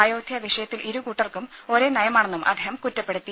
അയോധ്യാ വിഷയത്തിൽ ഇരുകൂട്ടർക്കും ഒരേ നയമാണെന്നും അദ്ദേഹം കുറ്റപ്പെടുത്തി